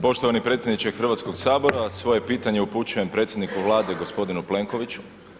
Poštovani predsjedniče Hrvatskog sabora svoje pitanje upućujem predsjedniku Vlade gospodinu Plenkoviću.